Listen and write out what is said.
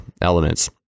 elements